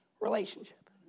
relationship